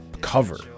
cover